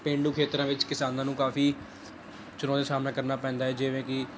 ਪੇਂਡੂ ਖੇਤਰਾਂ ਵਿੱਚ ਕਿਸਾਨਾਂ ਨੂੰ ਕਾਫੀ ਚੁਣੌਤੀਆਂ ਦਾ ਸਾਹਮਣਾ ਕਰਨਾ ਪੈਂਦਾ ਹੈ ਜਿਵੇਂ ਕਿ